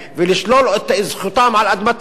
ולשלול את זכותם על אדמתם,